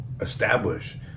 establish